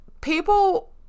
people